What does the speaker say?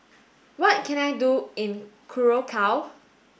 what can I do in Curacao